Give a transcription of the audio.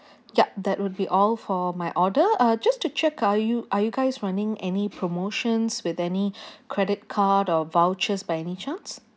yup that would be all for my order uh just to check are you are you guys running any promotions with any credit card or vouchers by any chance